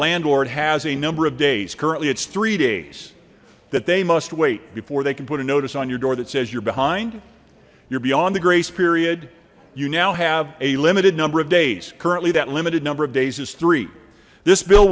landlord has a number of days currently it's three days that they must wait before they can put a notice on your door that says you're behind you're beyond the grace period you now have a limited number of days currently that limited number of days is three this bill